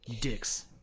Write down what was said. dicks